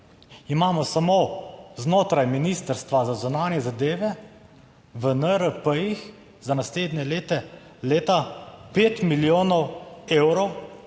imamo samo znotraj Ministrstva za zunanje zadeve v NRP za naslednje leto, leta 5 milijonov evrov.